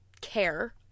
care